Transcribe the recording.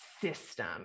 system